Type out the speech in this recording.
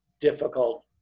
difficult